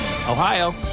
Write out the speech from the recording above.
Ohio